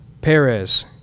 Perez